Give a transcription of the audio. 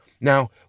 Now